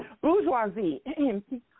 bourgeoisie